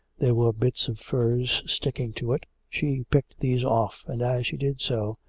there were bits of furze sticking to it. she picked these off and as she did so,